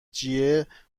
جیه